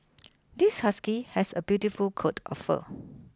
this husky has a beautiful coat of fur